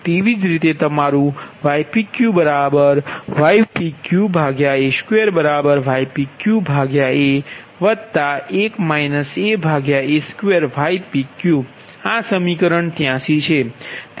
તેવી જ રીતે તમારું yqqypq a2ypq aa2ypqઆ સમીકરણ 83 છે